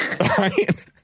right